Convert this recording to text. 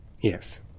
Yes